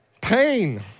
pain